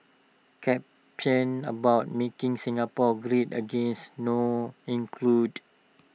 caption about making Singapore great again not included